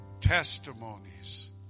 testimonies